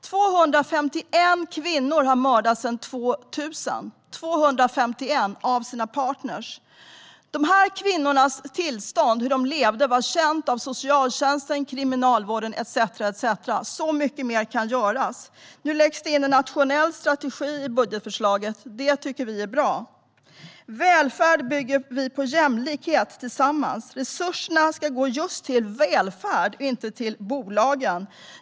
251 kvinnor har mördats av sina partner sedan 2000. Hur de kvinnorna levde var känt av socialtjänsten, kriminalvården etcetera. Det kan göras så mycket mer. Nu läggs det in en nationell strategi i budgetförslaget. Det är bra. Välfärd bygger vi på jämlikhet tillsammans. Resurserna ska gå till just välfärd - inte till bolagen.